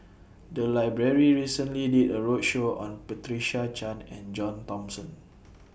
The Library recently did A roadshow on Patricia Chan and John Thomson